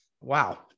Wow